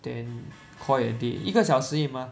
then call it a day 一个小时而已 mah